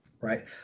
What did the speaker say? right